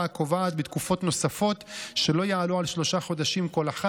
הקובעת בתקופות נוספות שלא יעלו על שלושה חודשים כל אחת,